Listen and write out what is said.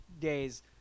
days